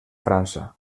frança